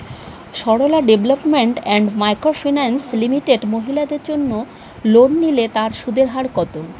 Sarala development and microfinance limited মহিলাদের জন্য loan নিলে তার সুদের হার কত?